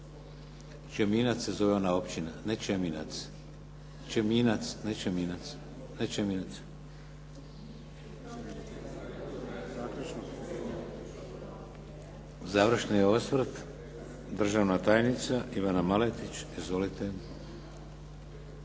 Čeminac se zove ona općina, ne Čeminac. Čeminac, ne Čeminac. Završni osvrt, državna tajnica Ivana Maletić. Izvolite.